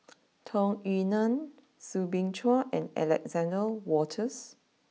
Tung Yue Nang Soo Bin Chua and Alexander Wolters